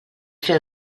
fer